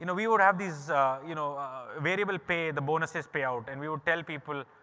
you know we would have these you know variable pay, the bonuses payout, and we will tell people